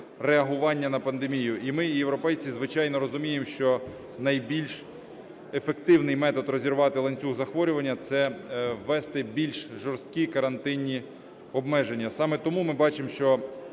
реагування на пандемію. І ми, і європейці, звичайно, розуміємо, що найбільш ефективний метод розірвати ланцюг захворювання – це ввести більш жорсткі карантинні обмеження. Саме тому ми бачимо, що